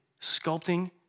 sculpting